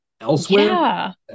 elsewhere